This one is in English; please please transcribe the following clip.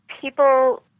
people